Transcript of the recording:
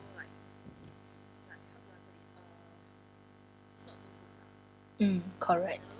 mm correct